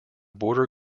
border